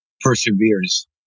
perseveres